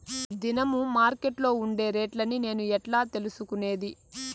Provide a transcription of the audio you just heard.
దినము మార్కెట్లో ఉండే రేట్లని నేను ఎట్లా తెలుసుకునేది?